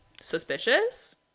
suspicious